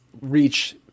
reach